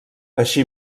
així